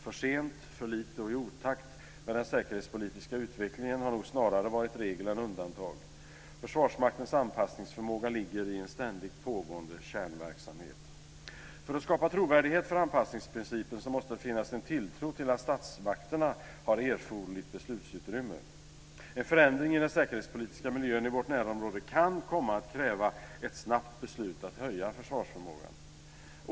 För sent, för lite och i otakt med den säkerhetspolitiska utvecklingen har nog snarare varit regel än undantag. Försvarsmaktens anpassningsförmåga ligger i en ständigt pågående kärnverksamhet. För att skapa trovärdighet för anpassningsprincipen måste det finnas en tilltro till att statsmakterna har erforderligt beslutsutrymme. En förändring i den säkerhetspolitiska miljön i vårt närområde kan komma att kräva ett snabbt beslut att höja försvarsförmågan.